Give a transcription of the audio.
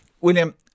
William